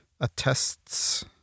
attests